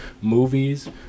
movies